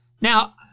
Now